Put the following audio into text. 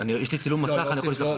יש לי צילום מסך אני יכול לשלוח לך.